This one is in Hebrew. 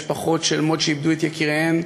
משפחות שלמות שאיבדו את יקיריהן,